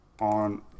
on